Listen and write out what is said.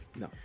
no